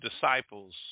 disciples